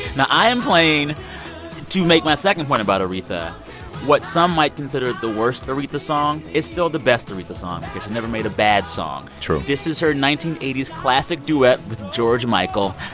i am playing to make my second point about aretha what some might consider the worst aretha song. it's still the best aretha song never made a bad song true this is her nineteen eighty s classic duet with george michael,